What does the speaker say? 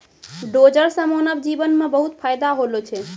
dozer सें मानव जीवन म बहुत फायदा होलो छै